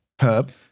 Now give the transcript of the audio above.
Herb